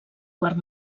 quart